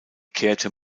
kehrte